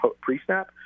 pre-snap